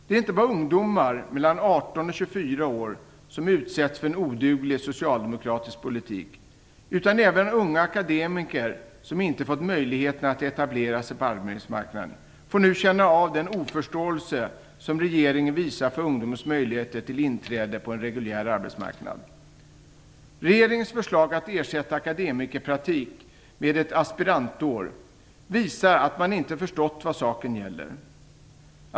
Det är inte bara ungdomar mellan 18 och 24 år som utsätts för en oduglig socialdemokratisk politik, utan även unga akademiker som inte fått möjligheten att etablera sig på arbetsmarknaden får nu känna av den oförståelse som regeringen visar för ungdomens möjligheter till inträde på en reguljär arbetsmarknad. Regeringens förslag att ersätta akademikerpraktik med ett aspirantår visar att man inte förstått vad saken gäller.